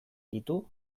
ditu